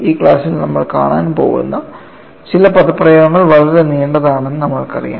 ഈ ക്ലാസ്സിൽ നമ്മൾ കാണാൻ പോകുന്ന ചില പദപ്രയോഗങ്ങൾ വളരെ നീണ്ടതാണെന്ന് നമ്മൾക്കറിയാം